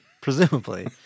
Presumably